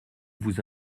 vous